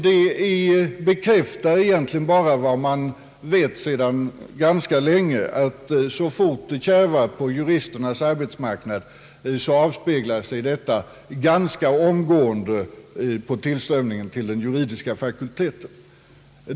Den bekräftar egentligen bara vad man anat sedan ganska länge: så fort det kärvar på juristernas arbetsmarknad avspeglar sig detta tämligen omgående på tillströmningen till den juridiska fakulteten.